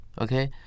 okay